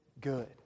good